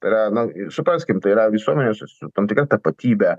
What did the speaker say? tai yra na ir supraskim tai yra visuomenė su su tam tikra tapatybe